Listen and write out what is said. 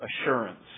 assurance